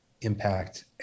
impact